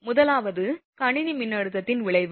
முதலாவது கணினி மின்னழுத்தத்தின் விளைவு